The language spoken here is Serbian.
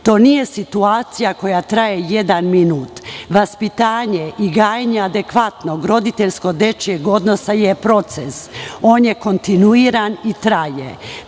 To nije situacija koja traje jedan minut. Vaspitanje i gajenje adekvatnog roditeljko dečijeg odnosa je proces. On je kontinuiran i traje.